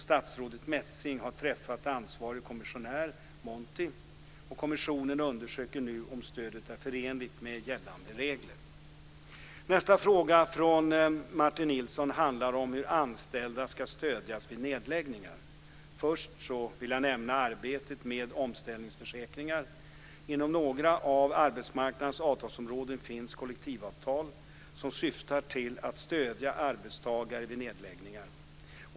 Statsrådet Messing har träffat ansvarig kommissionär Monti. Kommissionen undersöker nu om stödet är förenligt med gällande regler. Nästa fråga från Martin Nilsson handlar om hur anställda ska stödjas vid nedläggningar. Först vill jag nämna arbetet med omställningsförsäkringar. Inom några av arbetsmarknadens avtalsområden finns kollektivavtal som syftar till att stödja arbetstagare vid nedläggningar.